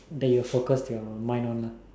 that you have focused your mind on ah